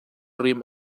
rim